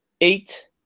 eight